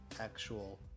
actual